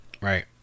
Right